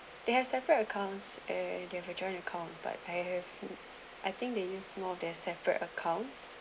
they have separate accounts uh they have the joint account but I have I think they use more of their separate accounts